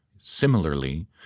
Similarly